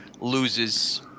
loses